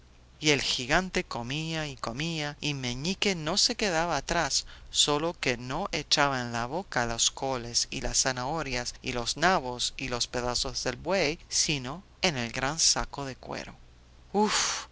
y el gigante comía y comía y meñique no se quedaba atrás sólo que no echaba en la boca las coles y las zanahorias y los nabos y los pedazos del buey sino en el gran saco de cuero